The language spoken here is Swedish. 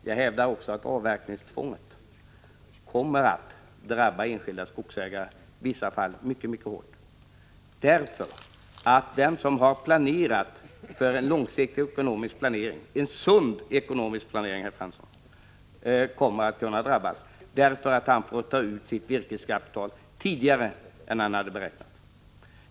Jag hävdar att också avverkningstvånget kommer att drabba enskilda skogsägare, i vissa fall mycket hårt. Den som har gjort en långsiktig och sund ekonomisk planering kan komma att drabbas därför att han måste ta ut sitt virkeskapital tidigare än beräknat.